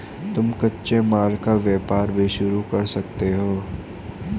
तुम कच्चे माल का व्यापार भी शुरू कर सकते हो